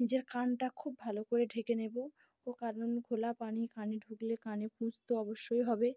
নিজের কানটা খুব ভালো করে ঢেকে নেব ও কারণ খোলা পানি কানে ঢুকলে কানে পুঁজ তো অবশ্যই হবে